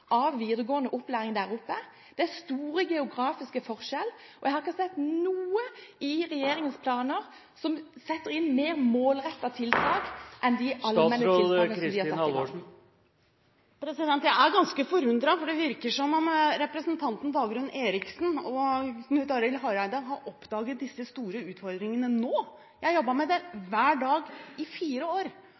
av videregående opplæring der oppe. Det er store geografiske forskjeller, og jeg har ikke sett noe i regjeringens planer , bl.a. mer målrettede tiltak enn de allmenne tiltakene som de har satt inn. Jeg er ganske forundret, for det virker som om representantene Dagrun Eriksen og Knut Arild Hareide har oppdaget disse store utfordringene nå. Jeg har jobbet med det hver dag i fire år.